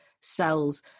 cells